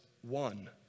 one